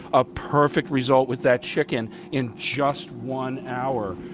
a perfect result with that chicken in just one hour.